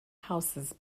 houses